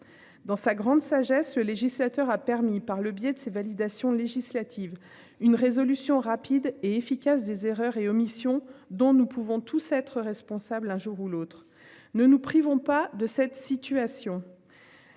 dans sa grande sagesse, le législateur a permis par le biais de ses validation législative une résolution rapide et efficace des erreurs et omissions dont nous pouvons tous être responsables, un jour ou l'autre ne nous privons pas de cette situation.